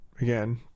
again